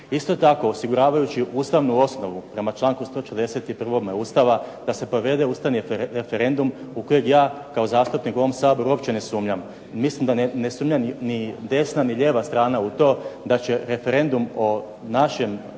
Isto tako, osiguravajući ustavnu osnovu prema članku 141. Ustava da se provede ustavni referendum u kojeg ja kao zastupnik u ovom Saboru uopće ne sumnjam. Mislim da ne sumnja ni desna ni lijeva strana u to da će referendum o našem,